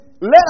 let